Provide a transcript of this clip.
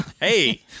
Hey